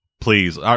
Please